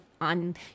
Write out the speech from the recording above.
on